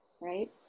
right